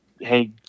hey